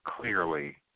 clearly